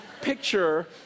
picture